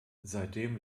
seitdem